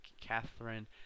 Catherine